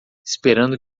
esperando